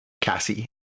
Cassie